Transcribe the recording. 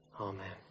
Amen